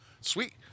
Sweet